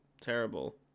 terrible